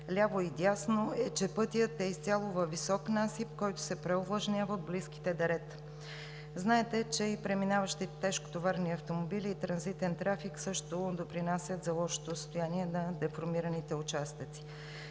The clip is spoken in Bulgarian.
ляво и дясно е, че пътят е изцяло във висок насип, който се преовлажнява от близките дерета. Знаете, че и преминаващите тежкотоварни автомобили и транзитен трафик също допринасят за лошото състояние на деформираните участъци.